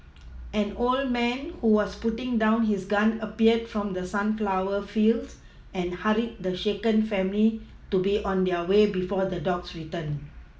an old man who was putting down his gun appeared from the sunflower fields and hurried the shaken family to be on their way before the dogs return